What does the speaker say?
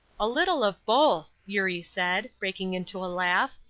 a little of both, eurie said, breaking into a laugh.